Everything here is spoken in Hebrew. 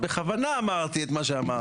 אני בכוונה אמרתי את מה שאמרתי.